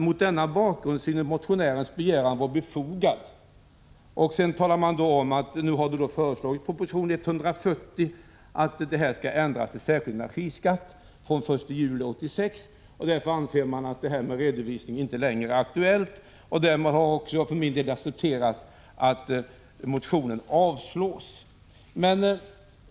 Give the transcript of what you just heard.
”Mot denna bakgrund synes motionärernas begäran vara befogad.” Av betänkandet framgår också att man i proposition 140 föreslår att de särskilda energiavgifterna omvandlas till skatter fr.o.m. den 1 juli 1986. Därför anser utskottet att begäran om en redovisning inte längre är aktuell. Jag får således acceptera att motionen avstyrks.